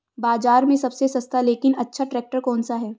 बाज़ार में सबसे सस्ता लेकिन अच्छा ट्रैक्टर कौनसा है?